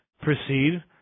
proceed